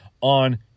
on